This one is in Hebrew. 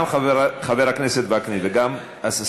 גם חבר הכנסת וקנין וגם חברת הכנסת,